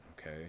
Okay